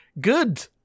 good